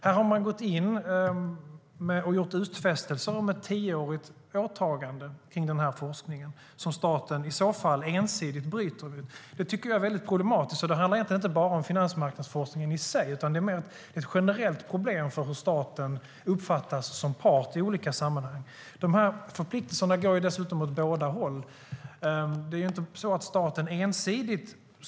Staten har gått in och gjort utfästelser om ett tioårigt åtagande gentemot denna forskning, vilket staten i så fall ensidigt bryter. Det är problematiskt. Det handlar inte om bara finansmarknadsforskningen i sig, utan det är ett generellt problem för hur staten uppfattas som part i olika sammanhang. Dessa förpliktelser går dessutom åt båda håll.